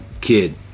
Kid